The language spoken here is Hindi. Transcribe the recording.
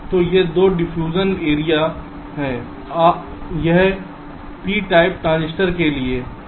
तो ये 2 डिफ्यूजन एरिया हैं यह P प्रकार ट्रांजिस्टर के लिए है